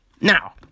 Now